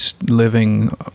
living